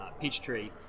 Peachtree